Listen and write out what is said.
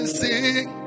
sing